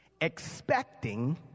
expecting